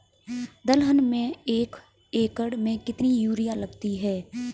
दलहन में एक एकण में कितनी यूरिया लगती है?